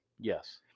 Yes